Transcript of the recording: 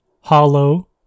hollow